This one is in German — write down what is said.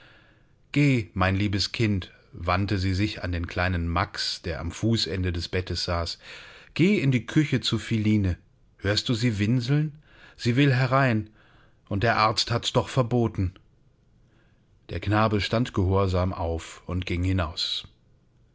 geh mein liebes kind wandte sie sich an den kleinen max der am fußende des bettes saß geh in die küche zu philine hörst du sie winseln sie will herein und der arzt hat's doch verboten der knabe stand gehorsam auf und ging hinaus